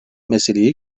meseleyi